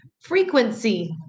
frequency